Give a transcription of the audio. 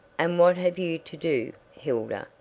and what have you to do, hilda,